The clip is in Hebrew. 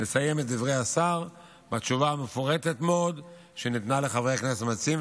לסיים את דברי השר בתשובה המפורטת מאוד שניתנה לחברי הכנסת המציעים.